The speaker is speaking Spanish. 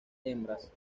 hembras